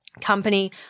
company